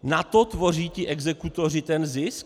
Na to tvoří ti exekutoři ten zisk?